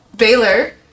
Baylor